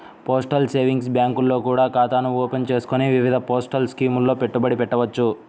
postal savings బ్యాంకుల్లో కూడా ఖాతాను ఓపెన్ చేసుకొని వివిధ పోస్టల్ స్కీముల్లో పెట్టుబడి పెట్టవచ్చు